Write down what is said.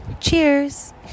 cheers